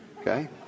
okay